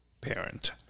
parent